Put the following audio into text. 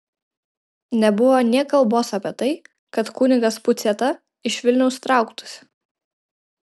nebuvo nė kalbos apie tai kad kunigas puciata iš vilniaus trauktųsi